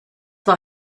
war